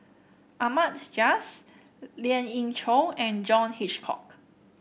Ahmad Jais Lien Ying Chow and John Hitchcock